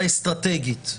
אסטרטגית.